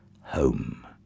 home